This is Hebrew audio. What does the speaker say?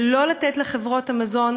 ולא לתת לחברות המזון,